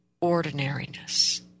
ordinariness